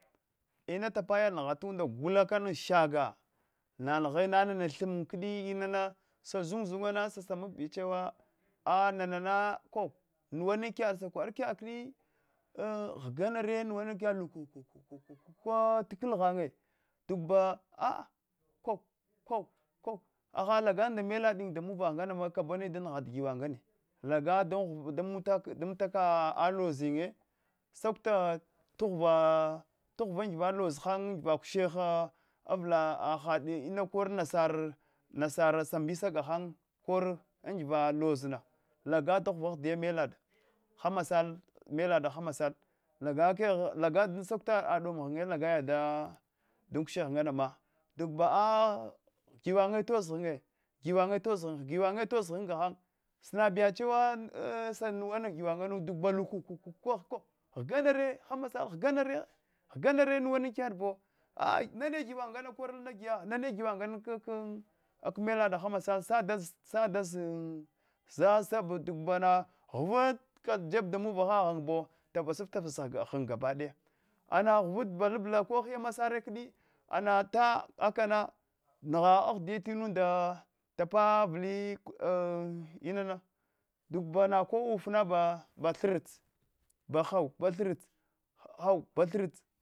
Ina tapa yad kana gula kana shaga naghi nana thin kdi mna sazun zunwa satsamafbi bechwa a nana ko nuwana kdi sa kwarak yadki ghga nare nuwana kana luku kuku kwa t klt ghanye duba ko ko ko agi lagan da mdadi damuvah nganama kabuwani da nghata gwan ngane laga dan ghuva laga dan amtaka lozinyi ye sakuta ta ghuwa ta ghuwa angiwa loza han angiva kusheha avla hahs ina korl nasar nasar sambisa gahan t kor angwa hozna laga da ghuva ahdiya melada hamma sal melada hamma sal laga dan salkuta dan ghanye laga yada dom kushche naana ma duba a gwanye tos gywanye toz gywan gahen sib yada chewa sanuwana ghwan anu duba tuku kuku kwa ghanare hemma sal ghanare nawana kag yadbo nana ghvan ana kor l giya nana ghvan kag melad hammal sal sad azain sasa badubanaa ghvat ka lata jeb da muvah ghan bo tavas tava ghan gabadaya ana ghvat gwaba lbla ko hiya masare ladi anat kama ngha ahdiya trmunda tapabli an inana duba na baka ufna ba chrts bah au thrts ba hau